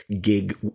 gig